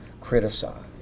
criticize